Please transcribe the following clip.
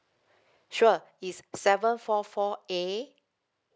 sure it's seven four four A